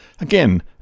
Again